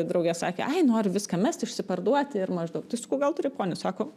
draugė sakė ai noriu viską mest išsiparduoti ir maždaug tai sakau gal turi ponį sako